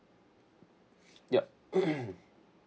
yup